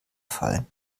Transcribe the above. fallen